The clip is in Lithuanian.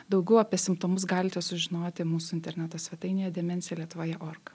daugiau apie simptomus galite sužinoti mūsų interneto svetainėje demencija lietuvoje org